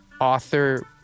author